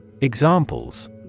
Examples